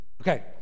okay